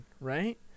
Right